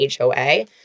HOA